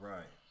Right